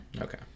Okay